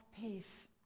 peace